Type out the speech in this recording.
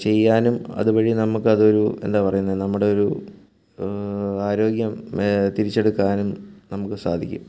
ചെയ്യാനും അതുവഴി നമുക്കതൊരു എന്താ പറയുന്നത് നമ്മുടെ ഒരു ആരോഗ്യം തിരിച്ചെടുക്കാനും നമുക്ക് സാധിക്കും